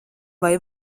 vai